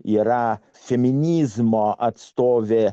yra feminizmo atstovė